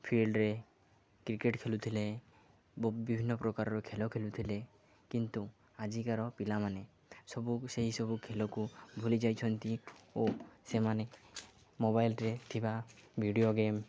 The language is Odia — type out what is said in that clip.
ଫିଲ୍ଡରେ କ୍ରିକେଟ୍ ଖେଳୁଥିଲେ ବ ବିଭିନ୍ନ ପ୍ରକାରର ଖେଳ ଖେଳୁଥିଲେ କିନ୍ତୁ ଆଜିକାର ପିଲାମାନେ ସବୁ ସେହିସବୁ ଖେଳକୁ ଭୁଲି ଯାଇଛନ୍ତି ଓ ସେମାନେ ମୋବାଇଲ୍ରେ ଥିବା ଭିଡ଼ିଓ ଗେମ୍